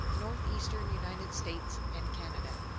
northeastern united states and canada.